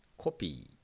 copy